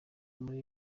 muri